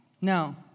No